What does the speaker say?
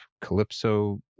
calypso